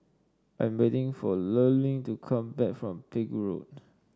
I'm waiting for Lurline to come back from Pegu Road